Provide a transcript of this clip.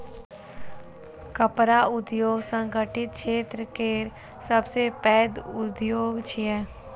कपड़ा उद्योग संगठित क्षेत्र केर सबसं पैघ उद्योग छियै